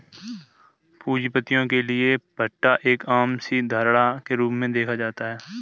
पूंजीपतियों के लिये पट्टा एक आम सी धारणा के रूप में देखा जाता है